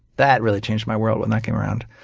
that really changed my world when that came around.